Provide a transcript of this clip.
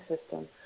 system